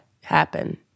happen